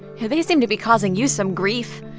yeah, they seem to be causing you some grief.